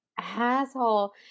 asshole